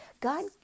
God